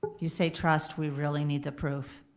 you say trust, we really need the proof.